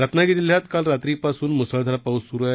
रत्नागिरी जिल्ह्यात काल रात्रीपासून मुसळधार पाऊस सुरू आहे